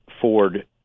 Ford